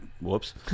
whoops